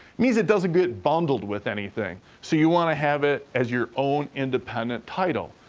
means it doesn't get bundled with anything, so you wanna have it as your own independent title.